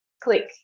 click